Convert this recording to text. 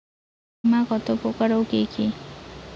বীমা কত প্রকার ও কি কি?